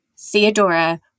theodora